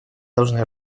должны